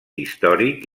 històric